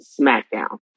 SmackDown